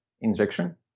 injection